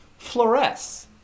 fluoresce